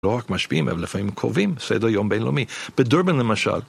לא רק משפיעים, אבל לפעמים קובעים סדר יום בינלאומי. בדרבן למשל.